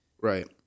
Right